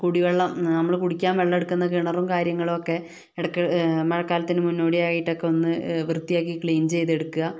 കുടിവെള്ളം നമ്മള് കുടിക്കാൻ വെള്ളം എടുക്കുന്ന കിണറും കാര്യങ്ങളും ഒക്കെ ഇടയ്ക്ക് മഴക്കാലത്തിനു മുന്നോടിയായിട്ടൊക്കെ ഒന്ന് വൃത്തിയാക്കി ക്ലീൻ ചെയ്തെടുക്കുക